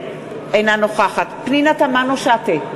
אינה נוכחת פנינה תמנו-שטה,